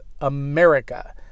America